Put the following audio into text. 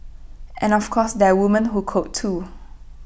and of course there are women who code too